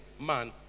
man